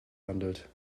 handelt